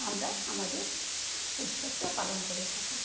আমরা আমাদের উৎসবটা পালন করে থাকি